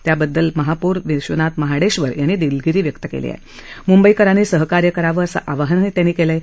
त्याबद्दल महापौर विश्वनाथ महाडेश्वर यांनी दिलगिरी व्यक्त केली असून मुंबईकरांनी सहकार्य करावं असं आवाहन केलं आहे